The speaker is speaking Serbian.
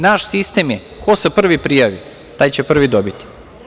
Naš sistem je, ko se prvi prijavi, taj će prvi dobiti.